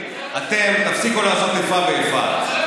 אתם תפסיקו לעשות איפה ואיפה,